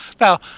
Now